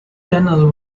tunnel